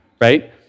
right